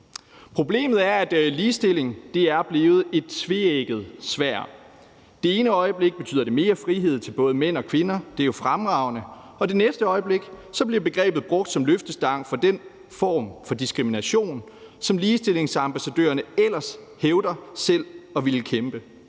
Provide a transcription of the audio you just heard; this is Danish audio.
Problemet er, at ligestilling er blevet et tveægget sværd. Det ene øjeblik betyder det mere frihed til både mænd og kvinder, hvilket jo er fremragende, og det næste øjeblik bliver begrebet brugt som løftestang for den form for diskrimination, som ligestillingsambassadørerne ellers selv hævder at ville kæmpe